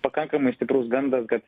pakankamai stiprus gandas kad